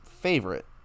favorite